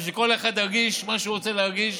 ושכל אחד ירגיש מה שהוא רוצה להרגיש.